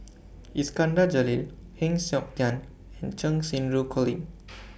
Iskandar Jalil Heng Siok Tian and Cheng Xinru Colin